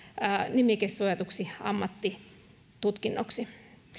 nimikesuojatuksi ammattitutkinnoksi